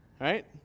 right